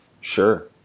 Sure